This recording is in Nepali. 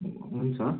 हुन्छ